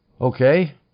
Okay